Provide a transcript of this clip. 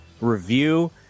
review